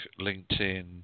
LinkedIn